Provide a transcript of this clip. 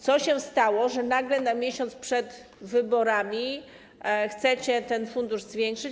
Co się stało, że nagle, na miesiąc przed wyborami, chcecie ten fundusz zwiększyć?